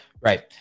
Right